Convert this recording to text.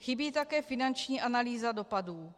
Chybí také finanční analýza dopadu.